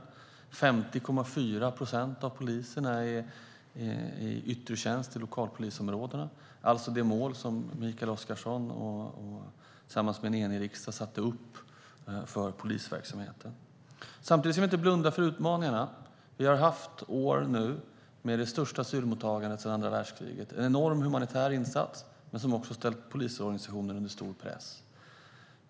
Det är 50,4 procent av poliserna som är i yttre tjänst i lokalpolisområdena, alltså det mål som Mikael Oscarsson tillsammans med en enig riksdag satte upp för polisverksamheten. Samtidigt ska vi inte blunda för utmaningarna. Vi har haft år nu med det största asylmottagandet sedan andra världskriget, en enorm humanitär insats som också har ställt polisorganisationen under stor press.